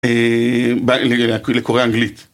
לקוראי האנגלית.